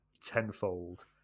tenfold